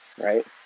right